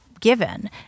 given